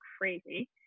crazy